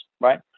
right